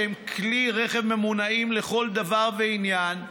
שהם כלי רכב ממונעים לכל דבר ועניין,